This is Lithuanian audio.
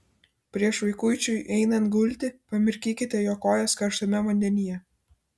prieš vaikučiui einant gulti pamirkykite jo kojas karštame vandenyje